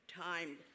time